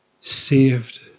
saved